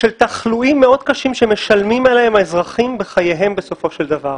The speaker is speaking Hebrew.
של תחלואים מאוד קשים שמשלמים עליהם האזרחים בחייהם בסופו של דבר.